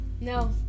No